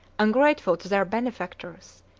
ungrateful to their benefactors,